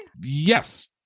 Yes